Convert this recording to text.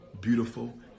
beautiful